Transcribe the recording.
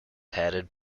headed